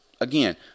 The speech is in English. Again